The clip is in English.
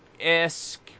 esque